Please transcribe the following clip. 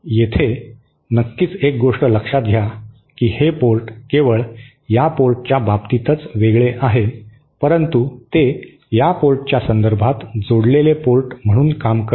येथे नक्कीच एक गोष्ट लक्षात घ्या की हे पोर्ट केवळ या पोर्टच्या बाबतीतच वेगळे आहे परंतु ते या पोर्टच्या संदर्भात जोडलेले पोर्ट म्हणून काम करते